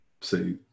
say